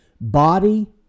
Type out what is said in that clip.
body